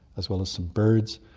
as well as some birds,